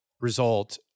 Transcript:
result